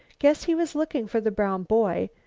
guess he was looking for the brown boy,